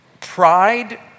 pride